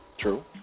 True